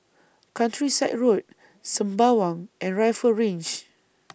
Countryside Road Sembawang and Rifle Range